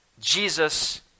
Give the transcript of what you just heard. jesus